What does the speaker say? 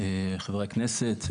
חברי הכנסת,